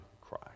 cry